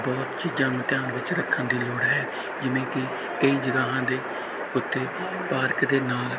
ਬਹੁਤ ਚੀਜ਼ਾਂ ਨੂੰ ਧਿਆਨ ਵਿੱਚ ਰੱਖਣ ਦੀ ਲੋੜ ਹੈ ਜਿਵੇਂ ਕਿ ਕਈ ਜਗ੍ਹਾ ਦੇ ਉੱਤੇ ਪਾਰਕ ਦੇ ਨਾਲ